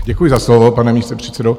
Děkuji za slovo, pane místopředsedo.